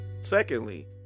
Secondly